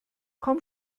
komm